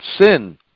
sin